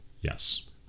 Yes